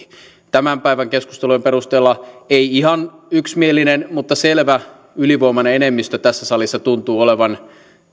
tämän päivän keskustelujen perusteella ei ihan yksimielinen mutta selvä ylivoimainen enemmistö tässä salissa tuntuu olevan